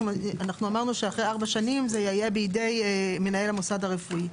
אמרנו שאחרי ארבע שנים זה יהיה בידי מנהל המוסד הרפואי.